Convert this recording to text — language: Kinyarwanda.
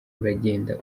uragenda